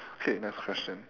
okay next question